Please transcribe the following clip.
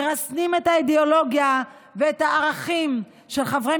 מרסנים את האידיאולוגיה ואת הערכים של חברי